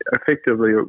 effectively